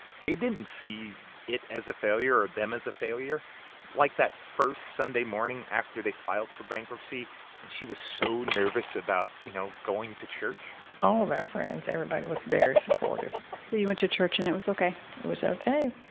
they didn't see it as a failure or them as a failure like that first sunday morning after they filed for bankruptcy and she was so nervous about, you know, going to church all of our friends everybody was very supportive so you went to church, and it was ok it was ok.